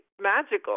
magical